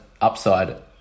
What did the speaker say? upside